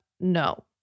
no